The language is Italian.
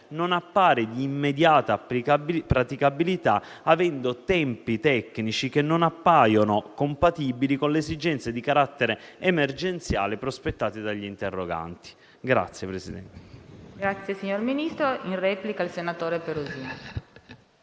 non appare di immediata praticabilità, richiedendo tempi tecnici che non risultano compatibili con le esigenze di carattere emergenziale prospettate dagli interroganti. PRESIDENTE.